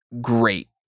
Great